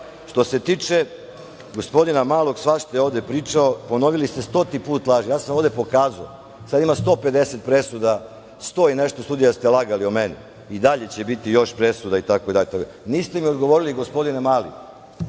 se tiče gospodina Malog, svašta je ovde pričao. Ponovili ste stoti put laži. Ja sam ovde pokazao, sada ima 150 presuda, sto i nešto sudija ste lagali o meni. I dalje će biti još presuda. Niste mi odgovorili, gospodine Mali,